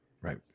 Right